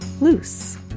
loose